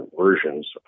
versions